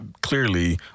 Clearly